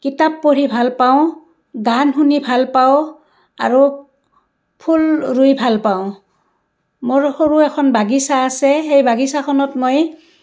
কিতাপ পঢ়ি ভাল পাওঁ গান শুনি ভাল পাওঁ আৰু ফুল ৰুই ভাল পাওঁ মোৰ সৰু এখন বাগিছা আছে সেই বাগিছাখনত মই